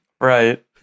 Right